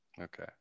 Okay